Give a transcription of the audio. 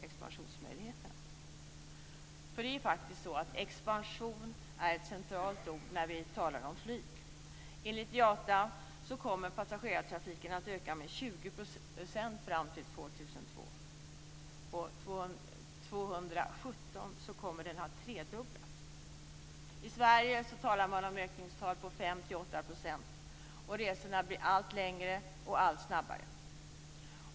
Expansion är faktiskt ett centralt ord när vi talar om flyg. Enligt IATA kommer passagerartrafiken att öka med 20 % fram till år 2002. 2017 kommer den att ha tredubblats. I Sverige talar man om en ökning på 5-8 %. Och resorna blir allt längre och allt snabbare.